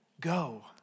go